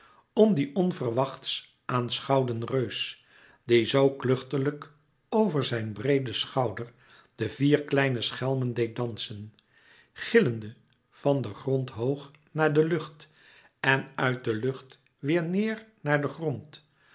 om dien onverwachts aanschouwden reus die zoo kluchtiglijk over zijn breeden schouder de vier kleine schelmen deed dansen gillende van den grond hoog naar de lucht en uit de lucht weêr neêr naar den grond